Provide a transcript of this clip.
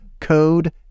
code